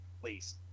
Please